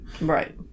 Right